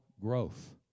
growth